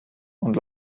und